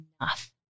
enough